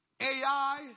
AI